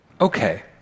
Okay